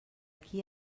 qui